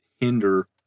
hinder